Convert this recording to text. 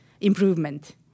improvement